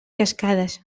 cascades